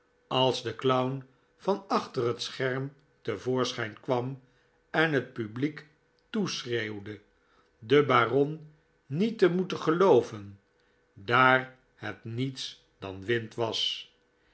als de clown van achter het scherm te voorschijn kwam en het publiek toeschreeuwde den baron niet te moeten gelooven daar het niets dan wind was